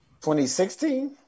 2016